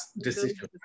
decision